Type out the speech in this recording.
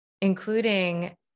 including